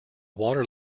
water